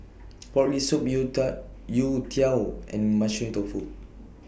Pork Rib Soup Youtiao and Mushroom Tofu